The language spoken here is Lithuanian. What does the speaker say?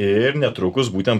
ir netrukus būtent